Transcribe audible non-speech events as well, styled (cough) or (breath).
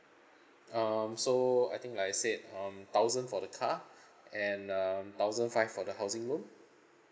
um so I think I said um thousand for the car (breath) and um thousand five for the housing loan